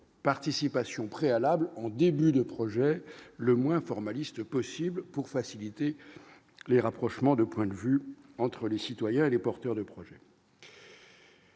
participation préalables en début de projet le moins formaliste possible pour faciliter les rapprochements de points de vue entre les citoyens et les porteurs de projets.